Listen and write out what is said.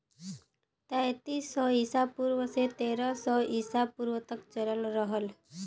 तैंतीस सौ ईसा पूर्व से तेरह सौ ईसा पूर्व तक चलल रहल